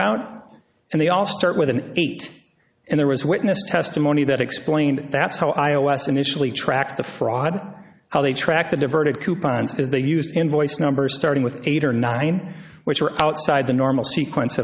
about and they all start with an eight and there was witness testimony that explained that's how i o s initially tracked the fraud how they tracked the diverted coupons because they used invoice number starting with eight or nine which were outside the normal sequence